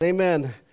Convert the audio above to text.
amen